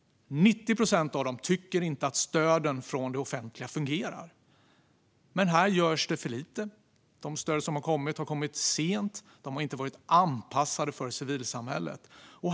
90 procent av dem tycker inte att stöden från det offentliga fungerar. Här görs det för lite. De stöd som finns har kommit sent och har inte varit anpassade för civilsamhället.